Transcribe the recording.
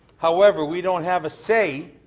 however, we don't have a say